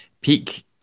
peak